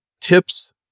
tips